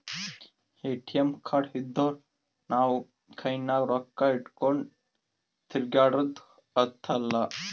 ATM card ಇದ್ದೂರ್ ನಾವು ಕೈನಾಗ್ ರೊಕ್ಕಾ ಇಟ್ಗೊಂಡ್ ತಿರ್ಗ್ಯಾಡದ್ ಹತ್ತಲಾ